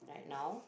right now